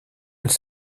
elle